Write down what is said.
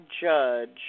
judge